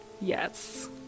Yes